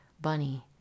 bunny